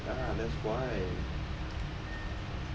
ya lah that's why